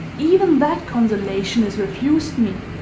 even that consolation is refused me!